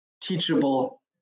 teachable